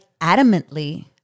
adamantly